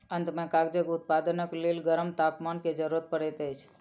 अंत में कागजक उत्पादनक लेल गरम तापमान के जरूरत पड़ैत अछि